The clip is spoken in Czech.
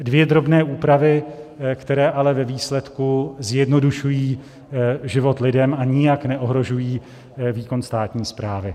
Dvě drobné úpravy, které ale ve výsledku zjednodušují život lidem a nijak neohrožují výkon státní správy.